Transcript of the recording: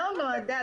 כן.